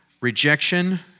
rejection